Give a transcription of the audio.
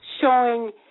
showing